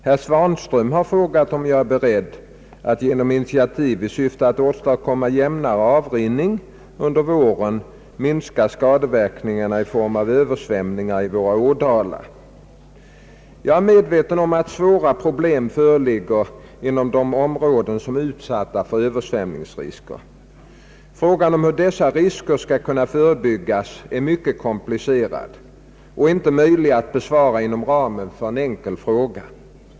Herr Svanström har frågat om jag är beredd att, genom initiativ i syfte att åstadkomma jämnare avrinning under våren, minska skadeverkningarna i form av översvämningar i våra ådalar. Jag är medveten om att svåra problem föreligger inom de områden som är utsatta för översvämningsrisker. Frågan om hur dessa risker skall kunna förebyggas är mycket komplicerad och är inte möjlig att besvara inom ramen för en enkel fråga.